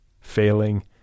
failing